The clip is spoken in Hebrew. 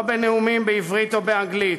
לא בנאומים בעברית או באנגלית.